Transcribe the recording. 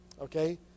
Okay